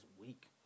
weak